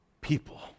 people